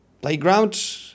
playground